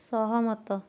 ସହମତ